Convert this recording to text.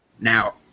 Now